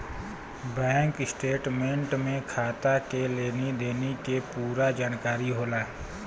bank statement में खाता के लेनी देनी के पूरा जानकारी होला